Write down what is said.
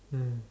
mm